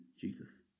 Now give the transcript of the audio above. Jesus